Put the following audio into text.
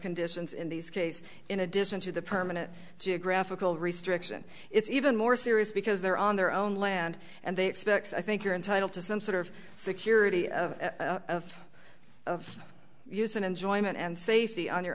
conditions in these cases in addition to the permanent geographical restriction it's even more serious because they're on their own land and they expect i think you're entitled to some sort of security of of use and enjoyment and safety on your